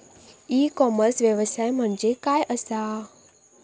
E commerce व्यवसाय म्हणजे काय असा?